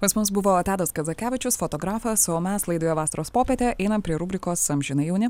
pas mus buvo tadas kazakevičius fotografas o mes laidoje vasaros popietė einam prie rubrikos amžinai jauni